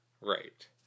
Right